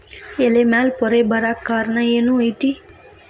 ಎಲೆ ಮ್ಯಾಲ್ ಪೊರೆ ಬರಾಕ್ ಕಾರಣ ಏನು ಐತಿ?